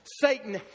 Satan